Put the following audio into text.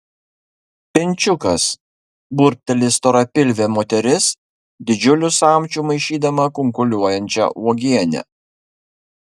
pinčiukas burbteli storapilvė moteris didžiuliu samčiu maišydama kunkuliuojančią uogienę